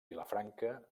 vilafranca